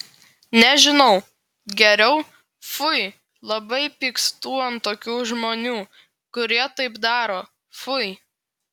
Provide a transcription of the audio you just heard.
nežinau geriau fui labai pykstu ant tokių žmonių kurie taip daro fui